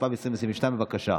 התשפ"ב 2022. בבקשה.